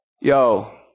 yo